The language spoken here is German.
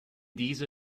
diese